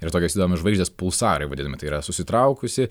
yra tokios įdomios žvaigždės pulsarai vadinami tai yra susitraukusi